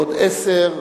בעוד 10,